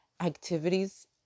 activities